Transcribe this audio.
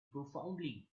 profoundly